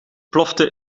plofte